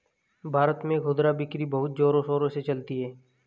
भारत में खुदरा बिक्री बहुत जोरों शोरों से चलती है